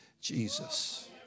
Jesus